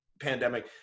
pandemic